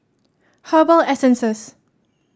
Herbal Essences